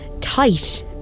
tight